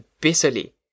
bitterly